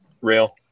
real